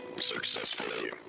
Successfully